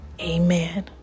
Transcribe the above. amen